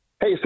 Hey